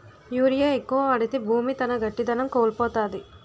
urea ఎక్కువ వాడితే భూమి తన గట్టిదనం కోల్పోతాది